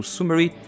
Summary